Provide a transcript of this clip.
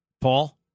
Paul